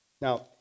Now